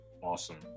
Awesome